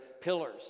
pillars